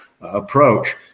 approach